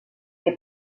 est